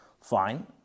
fine